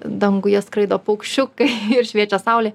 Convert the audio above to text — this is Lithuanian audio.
danguje skraido paukščiukai ir šviečia saulė